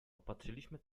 opatrzyliśmy